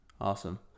Awesome